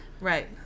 Right